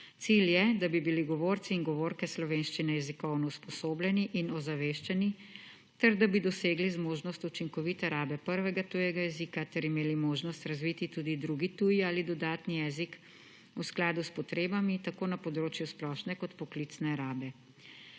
Cilj je, da bi bili govorci in govorke slovenščine jezikovno usposobljeni in ozaveščeni, ter da bi dosegli zmožnost učinkovite rabe prvega tujega jezika ter imeli možnost razviti tudi drugi tuj ali dodatni jezik v skladu s potrebami ako na področju splošne kot poklicne rabe.